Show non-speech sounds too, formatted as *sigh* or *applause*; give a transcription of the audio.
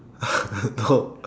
*noise* no